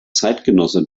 zeitgenosse